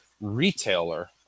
retailer